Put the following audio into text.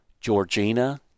Georgina